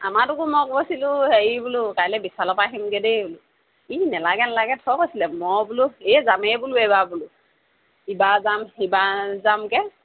আমাৰটোকো মই কৈছিলোঁ হেৰি বোলো কাইলৈ বিশালৰ পৰা আহিমগৈ দেই বোলোঁ ই নালাগে নালাগে থ কৈছিলে মই বোলো এই যামেই বোলো এইবাৰ বোলো ইবাৰ যাম সিবাৰ যামকৈ